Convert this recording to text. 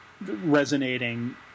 resonating